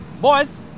Boys